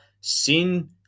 sin